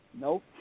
Nope